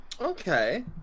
Okay